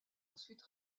ensuite